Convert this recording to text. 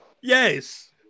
yes